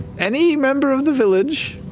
any member of the village,